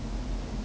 oh